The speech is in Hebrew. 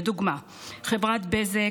לדוגמה חברת בזק,